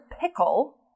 pickle